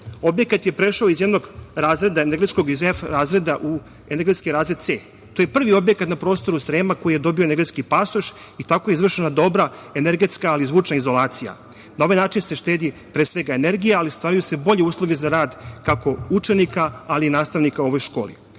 objekat je prešao iz jednog razreda energetskog, iz F razreda u energetski razred C. To je prvi objekat na prostoru Srema koji je dobio energetski pasoš i tako je izvršena dobra energetska ali i zvučna izolacija. Na ovaj način se štedi pre svega energija, ali stvaraju se bolji uslovi za rad kako učenika ali i nastavnika u ovoj